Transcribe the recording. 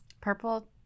Purple